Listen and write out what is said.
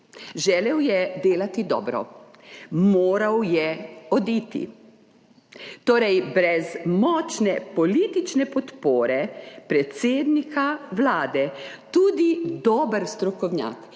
želel je delati dobro, moral je oditi, torej brez močne politične podpore predsednika Vlade, tudi dober strokovnjak,